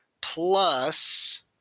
plus